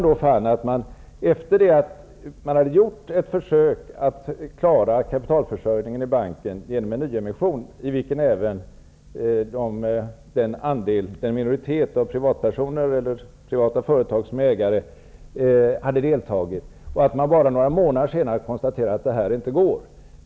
Det gjordes ett försök att klara kapitalförsörjningen i banken genom en nyemission -- i vilken även den minoritet av privatpersoner eller privata företag som var ägare deltog -- men efter några månader konstaterades att det inte gick.